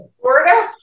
Florida